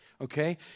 Okay